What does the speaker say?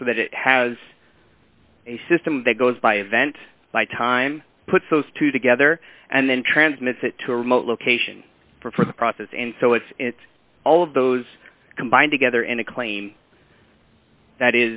up so that it has a system that goes by event time puts those two together and then transmits it to a remote location for the process and so it's all of those combined together in a claim that